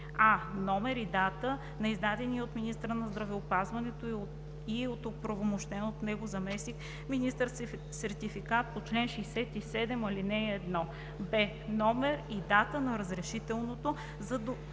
а) номер и дата на издадения от министъра на здравеопазването или от оправомощен от него заместник-министър сертификат по чл. 67, ал. 1; б) номер и дата на разрешителното за